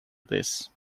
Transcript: this